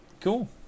Cool